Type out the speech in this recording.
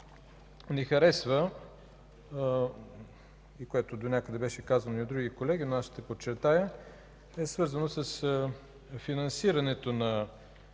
ни харесва и което донякъде беше казано и от други колеги, но аз ще подчертая, е свързано с финансирането на